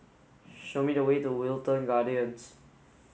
show me the way to Wilton Gardens